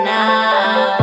now